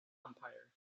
umpire